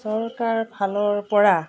চৰকাৰ ফালৰপৰা